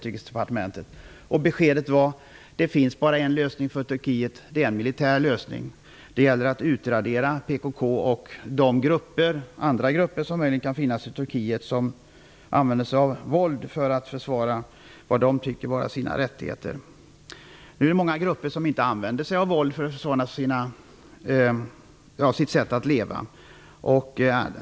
Beskedet var att det bara finns en lösning för Turkiet, och det är en militär lösning. Det gäller att utradera PKK och de andra grupper som möjligen kan finnas i Turkiet och som använder sig av våld för att försvara vad de tycker vara sina rättigheter. Det är många grupper som inte använder sig av våld för att försvara sitt sätt att leva.